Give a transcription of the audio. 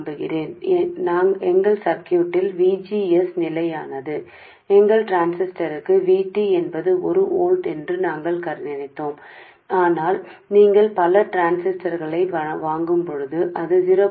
మా సర్క్యూట్లో VGS పరిష్కరించబడింది మరియు మేము మా ట్రాన్సిస్టర్కు VT ఒక వోల్ట్ అని మేము భావించాము కానీ మీరు అనేక ట్రాన్సిస్టర్లు కొనుగోలు చేసేటప్పుడు ఎవరికి తెలుసు అది 0